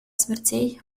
смертей